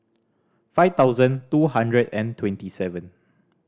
five thousand two hundred and twenty seven